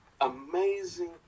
amazing